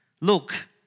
Look